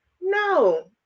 No